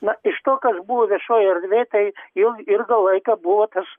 na iš to kas buvo viešojoj erdvėj tai jau ilgą laiką buvo tas